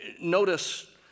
Notice